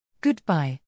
Goodbye